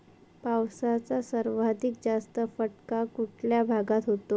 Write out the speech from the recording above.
पावसाचा सर्वाधिक जास्त फटका कुठल्या भागात होतो?